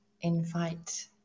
invite